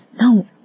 No